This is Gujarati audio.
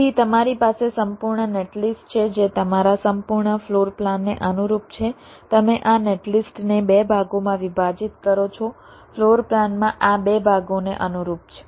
તેથી તમારી પાસે સંપૂર્ણ નેટલિસ્ટ છે જે તમારા સંપૂર્ણ ફ્લોર પ્લાનને અનુરૂપ છે તમે આ નેટલિસ્ટને બે ભાગોમાં વિભાજીત કરો છો ફ્લોર પ્લાનમાં આ બે ભાગોને અનુરૂપ છે